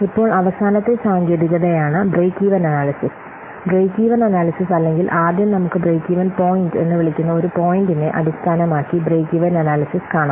ഇപ്പോൾ അവസാനത്തെ സാങ്കേതികതയാണ് break even analysis break even analysis അല്ലെങ്കിൽ ആദ്യം നമുക്ക് ബ്രേക്ക് ഈവൻ പോയിന്റ് എന്ന് വിളിക്കുന്ന ഒരു പോയിന്റിനെ അടിസ്ഥാനമാക്കി ബ്രേക്ക് ഈവൻ അനാല്യ്സിസ് കാണാം